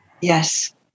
Yes